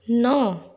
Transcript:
नौ